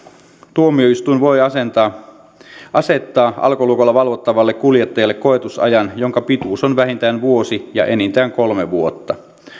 tuomioistuin voi asettaa alkolukolla valvottavalle kuljettajalle koetusajan jonka pituus on vähintään vuosi ja enintään kolme vuotta